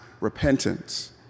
repentance